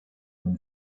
own